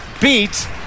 beat